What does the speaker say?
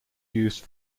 used